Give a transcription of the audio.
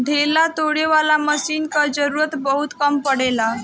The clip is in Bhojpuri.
ढेला तोड़े वाला मशीन कअ जरूरत बहुत कम पड़ेला